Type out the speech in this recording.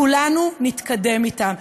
כולנו נתקדם אתן.